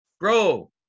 Bro